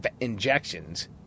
injections